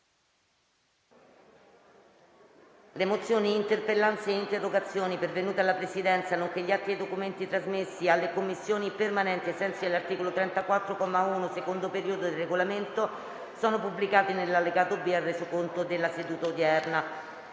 Le mozioni, le interpellanze e le interrogazioni pervenute alla Presidenza, nonché gli atti e i documenti trasmessi alle Commissioni permanenti ai sensi dell'articolo 34, comma 1, secondo periodo, del Regolamento sono pubblicati nell'allegato B al Resoconto della seduta odierna.